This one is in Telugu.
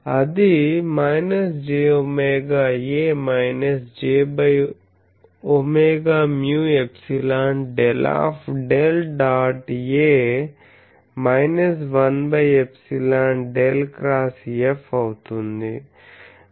అది jwA jwμ∊ ∇∇ dot A 1∊ ∇ X F అవుతుంది